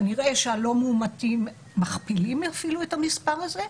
כנראה שהלא-מאומתים מכפילים אפילו את המספר הזה,